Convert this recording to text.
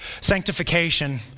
Sanctification